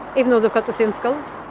even though they've got the same skills.